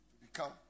become